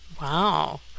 wow